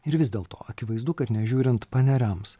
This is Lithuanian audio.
ir vis dėlto akivaizdu kad nežiūrint paneriams